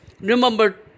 remember